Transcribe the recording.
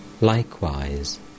Likewise